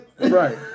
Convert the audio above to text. Right